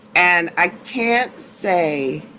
and i can't say